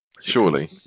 Surely